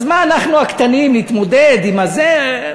אז מה אנחנו הקטנים נתמודד עם זה?